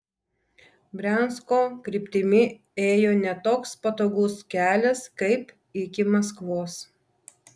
briansko kryptimi ėjo ne toks patogus kelias kaip iki maskvos